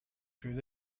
through